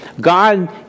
God